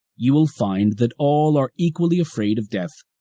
you will find that all are equally afraid of death,